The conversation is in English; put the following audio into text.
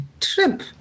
trip